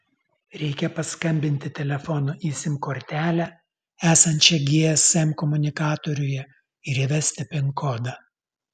reikia paskambinti telefonu į sim kortelę esančią gsm komunikatoriuje ir įvesti pin kodą